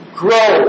grow